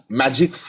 magic